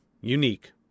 Unique